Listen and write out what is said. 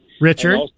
Richard